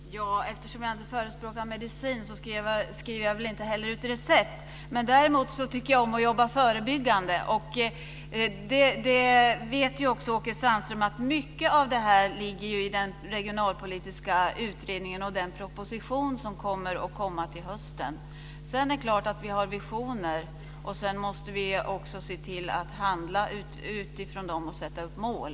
Herr talman! Eftersom jag inte förespråkar medicin skriver jag väl inte heller ut recept. Däremot tycker jag om att jobba förebyggande. Åke Sandström vet ju också att mycket av det här ligger i den regionalpolitiska utredningen och i den proposition som kommer till hösten. Sedan är det klart att vi har visioner. Vi måste också se till att handla utifrån dessa och sätta upp mål.